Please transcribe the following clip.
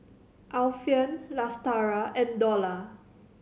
Alfian Lestari and Dollah